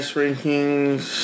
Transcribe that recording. rankings